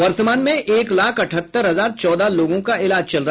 वर्तमान में एक लाख अठहत्तर हजार चौदह लोगों का इलाज चल रहा है